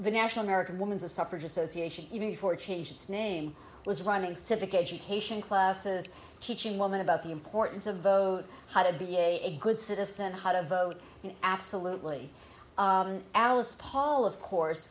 the national merican woman's suffrage association even before it changed its name was running civic education classes teaching women about the importance of vote how to be a good citizen how to vote absolutely alice paul of course